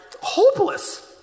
hopeless